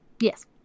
Yes